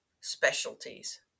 specialties